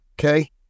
okay